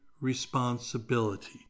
responsibility